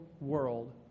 world